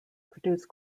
produce